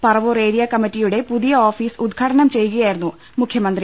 Paravur area കമ്മിറ്റിയുടെ പുതിയ office ഉദ്ഘാടനം ചെയ്യുകയായിരുന്നു മുഖ്യമന്ത്രി